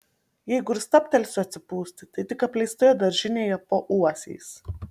jeigu ir stabtelsiu atsipūsti tai tik apleistoje daržinėje po uosiais